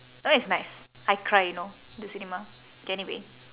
that one is nice I cry you know the cinema K anyway